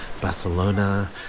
Barcelona